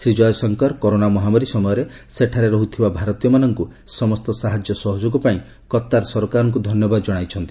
Shri Jaishankar corona ମହାମାରୀ ସମୟରେ ସେଠାରେ ରହୁଥିବା ଭାରତୀୟମାନଙ୍କୁ ସମସ୍ତ ସାହାଯ୍ୟ ସହଯୋଗ ପାଇଁ କତ୍ତାର ସରକାରଙ୍କୁ ଧନ୍ୟବାଦ ଜଶାଇଛନ୍ତି